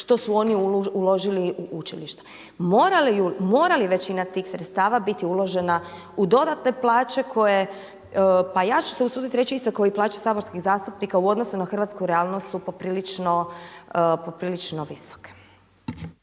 što su oni uložili u učilišta. Mora li većina tih sredstava biti uložena u dodatne plaće koje pa ja ću se usuditi reći iste kao i plaće saborskih zastupnika u odnosu na hrvatsku realnost su poprilično visoke.